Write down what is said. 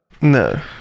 No